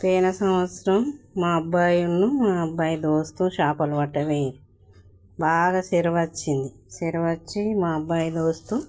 పోయిన సంవత్సరం మా అబ్బాయినూ మా అబ్బాయి దోస్తు చేపలు పట్ట వెళ్ళారు బాగా సర వచ్చింది సర వచ్చి మా అబ్బాయి దోస్తు